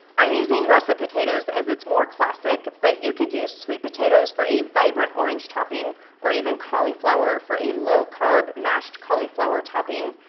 i'm using russet potatoes as it's more classic, but you could use sweet potatoes for a vibrant orange topping or even cauliflower for a low-carb mashed cauliflower topping.